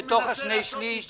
ומטריד אותנו מאוד.